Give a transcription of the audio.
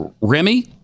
Remy